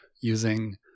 using